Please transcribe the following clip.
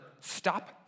stop